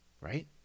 Right